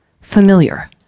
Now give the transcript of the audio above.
Familiar